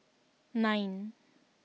nine